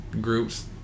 groups